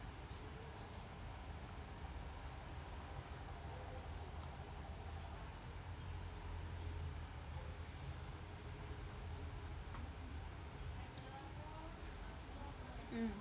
mm